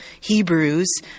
Hebrews